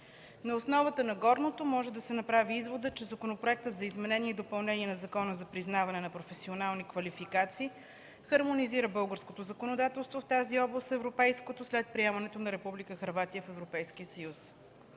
На основата на горното може да се направи изводът, че Законопроектът за изменение и допълнение на Закона за признаване на професионални квалификации хармонизира българското законодателство в тази област с европейското след приемането на Република Хърватия в Европейския съюз.